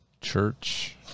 church